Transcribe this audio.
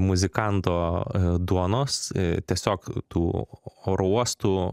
muzikanto duonos tiesiog tų oro uostų